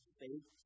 faith